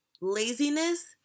laziness